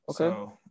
Okay